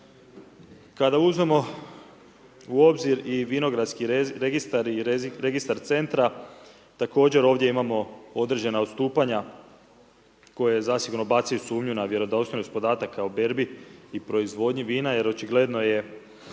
Kada uzmemo u obzir i vinogradski registar i registar centra, također ovdje imamo određena odstupanja koje zasigurno bacaju sumnju na vjerodostojnost podataka o berbi i proizvodnji vina jer očigledno jedan